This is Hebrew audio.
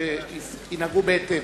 שינהגו בהתאם.